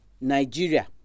Nigeria